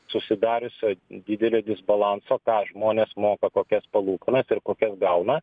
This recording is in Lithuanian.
susidariusio didelio disbalanso ką žmonės moka kokias palūkanas ir kokias gauna